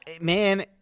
man